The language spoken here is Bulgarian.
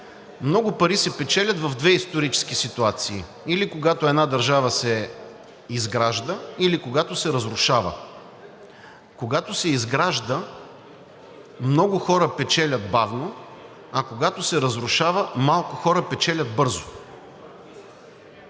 „Много пари се печелят в две исторически ситуации – или когато една държава се изгражда, или когато се разрушава. Когато се изгражда, много хора печелят бавно, а когато се разрушава, малко хора печелят бързо.“